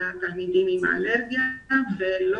התווספו תלמידים עם אלרגיה מסכנת חיים למזון ולא